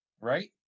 right